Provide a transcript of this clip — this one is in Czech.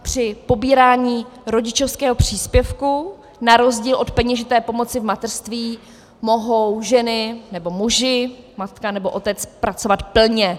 Při pobírání rodičovského příspěvku na rozdíl od peněžité pomoci v mateřství mohou ženy nebo muži, matka nebo otec pracovat plně.